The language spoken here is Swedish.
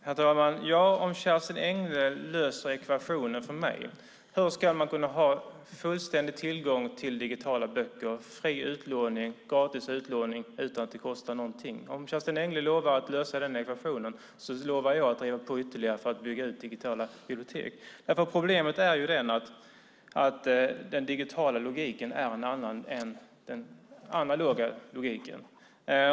Herr talman! Om Kerstin Engle löser ekvationen hur man ska kunna ha fullständig tillgång till digitala böcker och fri utlåning utan att det kostar någonting lovar jag att driva på ytterligare för att bygga ut de digitala biblioteken. Problemet är att den digitala logiken är en annan än den analoga logiken.